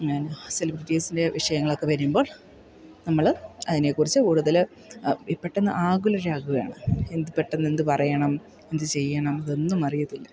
എന്നാ സെലിബ്രിറ്റീസിൻ്റെ വിഷയങ്ങളൊക്കെ വരുമ്പോൾ നമ്മൾ അതിനേക്കുറിച്ച് കൂടുതൽ ഈ പെട്ടന്ന് ആകുലരാകുകയാണ് എന്തു പെട്ടെന്ന് എന്തു പറയണം എന്തു ചെയ്യണം അതൊന്നും അറിയത്തില്ല